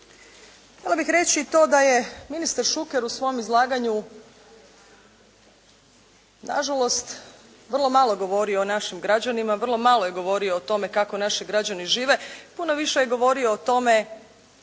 Htjela bih reći i to da je ministar Šuker u svom izlaganju nažalost vrlo malo govorio o našim građanima, vrlo malo je govorio o tome kako naši građani žive. Puno više je govorio o